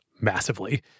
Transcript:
massively